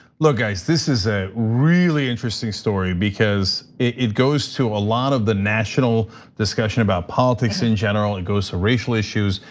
look guys, this is a really interesting story because, it goes to a lot of the national discussion about politics in general, it goes to racial issues,